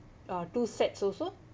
uh two sets also